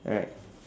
alright